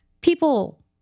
People